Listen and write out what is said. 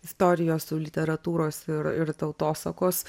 istorijos su literatūros ir ir tautosakos